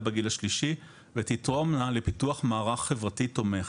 בגיל השלישי ותתרומנה לפיתוח מערך חברתי תומך.